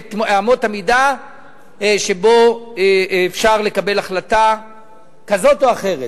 אמות המידה שבהן אפשר לקבל החלטה כזאת או אחרת,